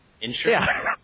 Insurance